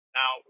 Now